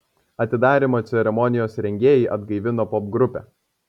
atidarymo ceremonijos rengėjai atgaivino popgrupę